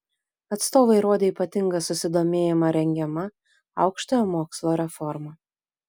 atstovai rodė ypatingą susidomėjimą rengiama aukštojo mokslo reforma